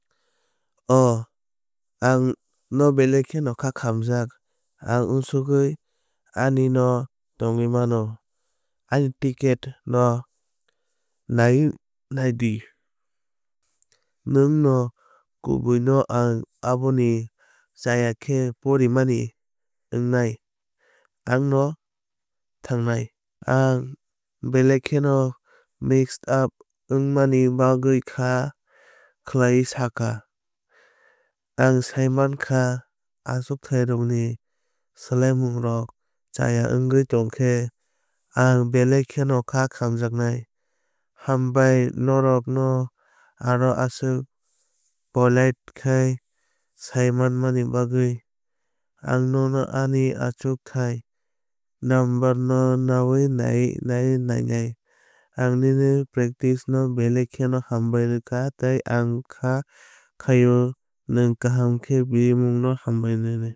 Oh ang no belai kheno khá khamjak ang uansugui ani no tongwi mano. Ani ticket no nai nai di. Nwng no kubui no ang abono chaya khe porimani wngnai ang no thángnai. Ang belai kheno mix up wngmani bagwi kha khwlaiwi sankha. Ang saimankha achukthairokni swlaimungrok chaya wngwi tongkhe ang belai kheno khá khamjaknai. Hambai norok no ano aswk polite khe saimanmani bagwi. Ang nono ani achuk thai number no nawui nai nainai. Ang nini practice no belai khe hambai rwkha tei ang kha khlaio nwng kaham khe birmung no hambai rwnai.